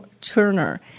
Turner